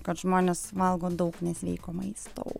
kad žmonės valgo daug nesveiko maisto